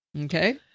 Okay